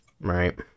Right